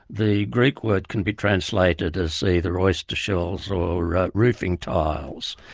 the greek word can be translated as either oyster shells or roofing tiles.